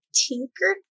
tinker